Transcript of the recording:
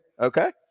Okay